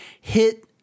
hit